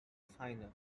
finer